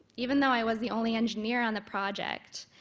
even though i was the only engineer on the project,